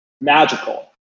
magical